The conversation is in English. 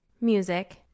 Music